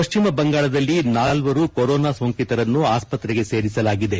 ಪಶ್ಚಿಮ ಬಂಗಾಳದಲ್ಲಿ ನಾಲ್ವರು ಕೊರೋನಾ ಸೋಂಕಿತರನ್ನು ಆಸ್ಪತ್ರೆಗೆ ಸೇರಿಸಲಾಗಿದೆ